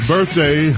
Birthday